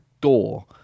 door